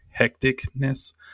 hecticness